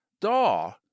daw